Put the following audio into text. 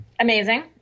Amazing